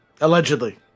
Allegedly